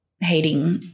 hating